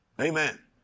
Amen